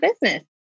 business